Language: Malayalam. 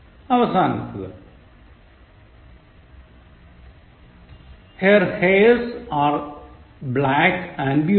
അവസാനത്തേത് Her hairs are black and beautiful